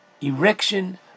erection